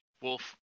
Wolf